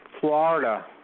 Florida